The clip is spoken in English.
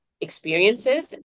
experiences